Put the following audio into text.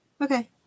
Okay